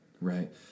Right